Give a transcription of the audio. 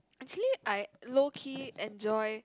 actually I low key enjoy